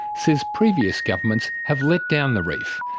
says previous governments have let down the reef,